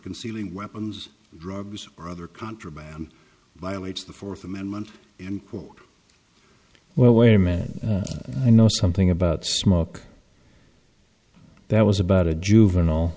concealing weapons drugs or other contraband violates the fourth amendment in court well wait a minute i know something about smoke that was about a juvenile